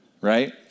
right